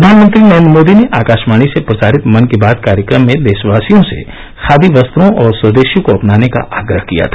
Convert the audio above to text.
प्रधानमंत्री नरेन्द्र मोदी ने आकाशवाणी से प्रसारित मन की बात कार्यक्रम में देशवासियों से खादी वस्त्रों और स्वदेशी को अपनाने का आग्रह किया था